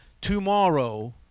tomorrow